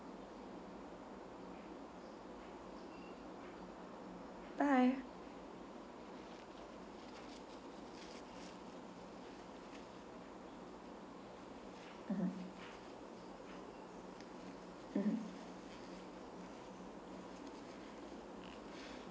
bye mmhmm mmhmm